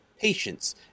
patience